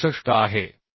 67आहे